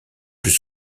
plus